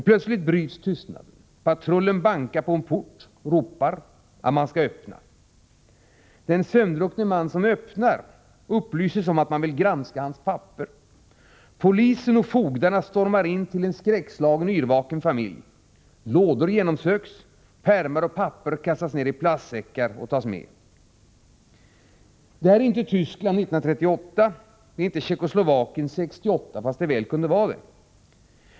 Plötsligt bryts tystnaden. Patrullen bankar på en port och ropar att man skall öppna. Den sömndruck ne man som öppnar upplyses om att man vill granska hans papper. Polisen och fogdarna stormar in till en skräckslagen och yrvaken familj. Lådor genomsöks. Pärmar och papper kastas ner i plastsäckar och tas med. Detta är inte Tyskland 1938, och det är inte Tjeckoslovakien 1968, trots att det väl kunde vara det.